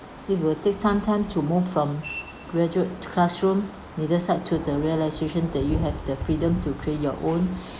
it will take some time to move from graduate classroom neither side to the realisation that you have the freedom to create your own